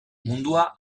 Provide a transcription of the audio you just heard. mundua